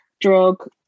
drug